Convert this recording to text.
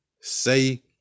say